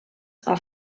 for